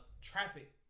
traffic